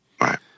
Right